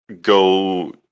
go